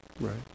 right